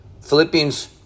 Philippians